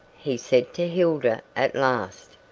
he said to hilda at last,